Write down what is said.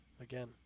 again